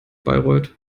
bayreuth